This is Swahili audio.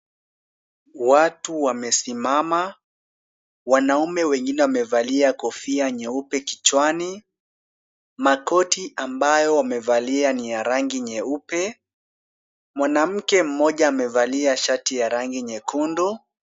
Watu wamesimama. Wanaume wengine wamevalia kofia nyeupe kichwani. Makoti ambayo wamevalia ni ya rangi nyeupe. Mwanamke mmoja amevalia shati ya rangi nyekundu.